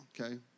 okay